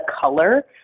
color